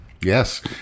Yes